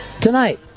Tonight